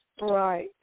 right